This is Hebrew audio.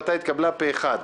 ההחלטה התקבלה פה אחד.